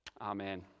Amen